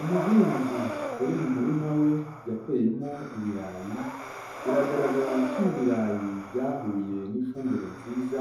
Umuhinzi uri mu murima we yateyemo ibirayi, biragaragara ko ibi birayi byahuye n'ifumbire nziza